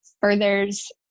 furthers